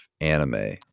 anime